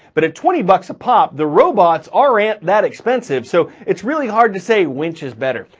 but at twenty bucks a pop, the robots are ant that expensive. so, it's really hard to say winch is better.